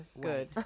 good